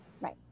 Right